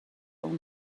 اون